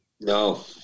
No